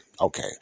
Okay